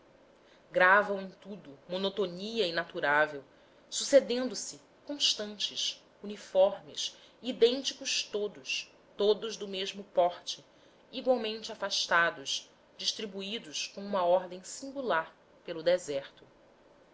gravam em tudo monotonia inaturável sucedendo se constantes uniformes idênticos todos todos do mesmo porte igualmente afastados distribuídos com uma ordem singular pelo deserto